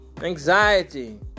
anxiety